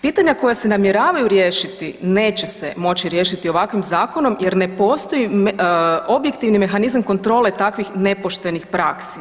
Pitanja koja se namjeravaju riješiti neće se moći riješiti ovakvim zakonom jer ne postoji objektivni mehanizam kontrole takvih nepoštenih praksi.